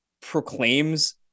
proclaims